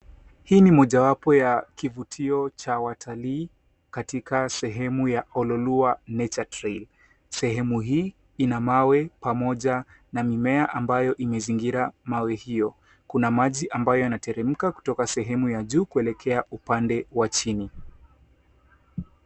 Hii ni mojawapo ya kivutio cha watalii katika sehemu ya Ololuwa Nature Trail. Sehemu hii ina mawe pamoja na mimea ambayo imezingira mawe hiyo. Kuna maji ambayo yanateremka kutoka sehemu ya juu kuelekea upande wa chini.